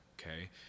okay